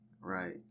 Right